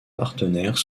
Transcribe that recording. partenaires